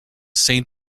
saint